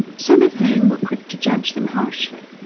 some of whom were quick to judge them harshly.